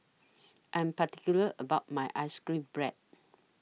I Am particular about My Ice Cream Bread